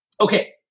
Okay